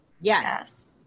yes